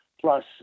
Plus